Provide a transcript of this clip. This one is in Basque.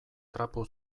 trapu